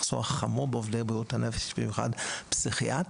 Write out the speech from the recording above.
המחסור החמור בעובדי בריאות הנפש ובמיוחד פסיכיאטרים